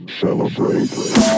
Celebrate